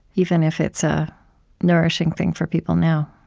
even if it's a nourishing thing for people now